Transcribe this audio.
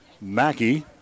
Mackey